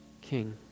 King